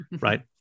right